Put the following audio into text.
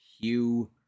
Hugh